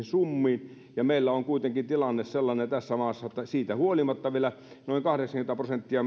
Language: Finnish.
summiin ja meillä on kuitenkin tilanne sellainen tässä maassa että siitä huolimatta vielä noin kahdeksankymmentä prosenttia